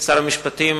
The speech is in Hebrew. שר המשפטים,